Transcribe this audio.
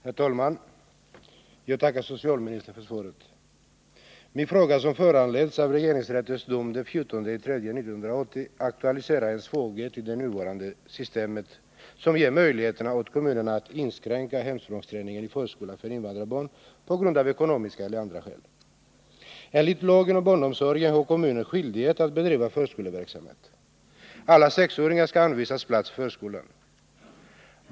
Herr talman! Jag tackar socialministern för svaret. Min fråga, som föranletts av regeringsrättens dom den 14 mars 1980, aktualiserar en svaghet i det nuvarande systemet som ger möjlighet åt kommunerna att av ekonomiska eller andra skäl inskränka hemspråksträningen i förskolan för invandrarbarn. Enligt lagen om barnomsorg har kommunen skyldighet att bedriva förskoleverksamhet. Alla sexåringar skall anvisas plats i förskolan.